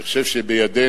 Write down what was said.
אני חושב שבידינו,